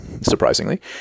surprisingly